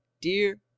dear